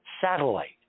satellite